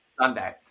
Sunday